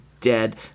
dead –